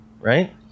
right